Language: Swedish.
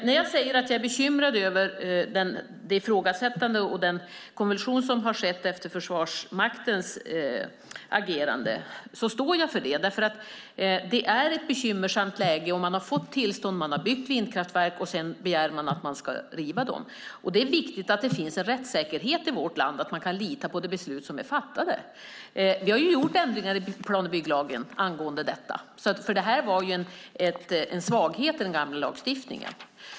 När jag säger att jag är bekymrad över det ifrågasättande och den konversion som har skett efter Försvarsmaktens agerande står jag för det. Det är ett bekymmersamt läge. Man har fått tillstånd och man har byggt vindkraftverk, och sedan begär Försvarsmakten att de ska rivas. Det är viktigt att det finns en rättssäkerhet i vårt land och att man kan lita på de beslut som är fattade. Vi har gjort ändringar i plan och bygglagen angående detta, för det fanns en svaghet i den gamla lagstiftningen.